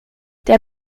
der